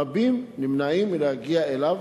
רבים נמנעים מלהגיע אליו,